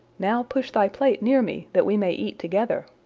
now push thy plate near me, that we may eat together.